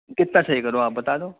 کتنا صحیح کروں آپ بتا دو